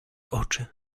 oczy